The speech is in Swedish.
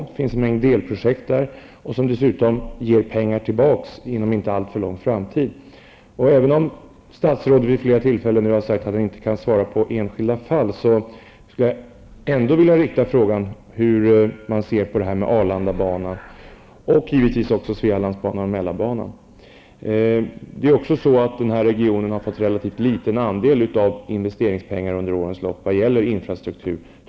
Där finns också en mängd delprojekt -- som dessutom ger pengar tillbaks inom en inte alltför lång framtid. Även om statsrådet vid flera tillfällen har sagt att han inte kan svara på frågor om enskilda fall, skulle jag ändå vilja veta hur han ser på Arlandabanan och givetvis också Svealandsbanan och Mälarbanan. Den här regionen har fått en relativt liten andel av investeringspengarna för infrastrukturen under årens lopp.